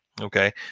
Okay